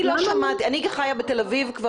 אני חיה בתל אביב,